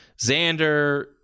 Xander